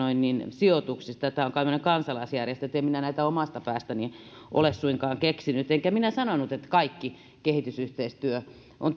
sijoituksista tämä on tällainen kansalaisjärjestö niin että en minä näitä omasta päästäni ole suinkaan keksinyt enkä minä sanonut että kaikki kehitysyhteistyö on